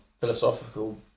philosophical